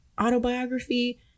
autobiography